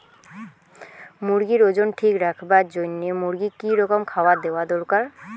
মুরগির ওজন ঠিক রাখবার জইন্যে মূর্গিক কি রকম খাবার দেওয়া দরকার?